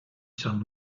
sant